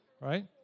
Right